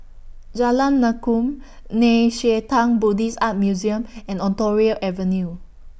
Jalan Lakum Nei Xue Tang Buddhist Art Museum and Ontario Avenue